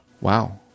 Wow